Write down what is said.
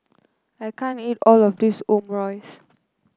I can't eat all of this Omurice